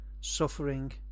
suffering